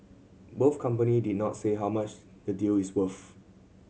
both company did not say how much the deal is worth